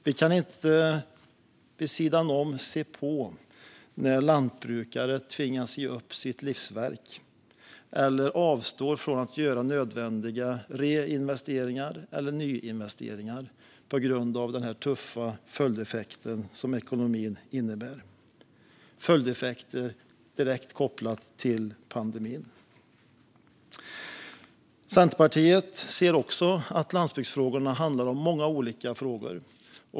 Vi kan inte vid sidan om se på när lantbrukare tvingas ge upp sitt livsverk eller avstår från att göra nödvändiga reinvesteringar eller nyinvesteringar på grund av de tuffa följdeffekter som ekonomin innebär. Det är följdeffekter direkt kopplade till pandemin. Centerpartiet ser också att landsbygdsfrågorna handlar om många olika saker.